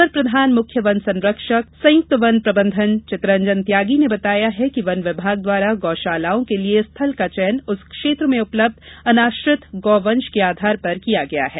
अपर प्रधान मुख्य वन संरक्षक संयुक्त वन प्रबंधन चितरंजन त्यागी ने बताया कि वन विभाग द्वारा गौ शालाओं के लिये स्थल का चयन उस क्षेत्र में उपलब्ध अनाश्रित गौ वंश के आधार पर किया गया है